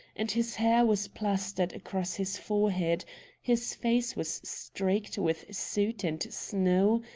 and his hair was plastered across his forehead his face was streaked with soot and snow,